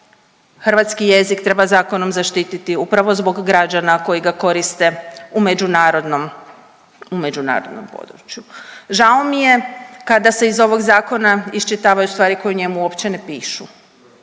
hrvatski jezik treba zakonom zaštititi upravo zbog građana koji ga koriste u međunarodnom, u međunarodnom području. Žao mi je kada se iz ovoga zakona iščitavaju stvari koje u njemu uopće ne pišu,